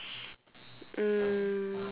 mm